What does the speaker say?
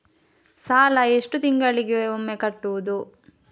ಸಾಲ ಎಷ್ಟು ತಿಂಗಳಿಗೆ ಒಮ್ಮೆ ಕಟ್ಟುವುದು?